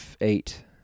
eight